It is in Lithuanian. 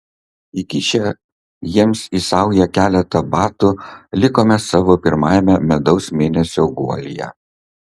įkišę jiems į saują keletą batų likome savo pirmajame medaus mėnesio guolyje